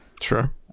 Sure